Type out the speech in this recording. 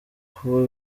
kuba